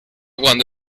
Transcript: cuando